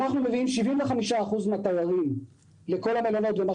אנחנו מביאים 75% מן התיירים לכל המלונות בפריפריה,